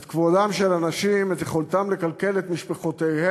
את כבודם של אנשים, את יכולתם לכלכל את משפחותיהם